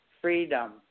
freedom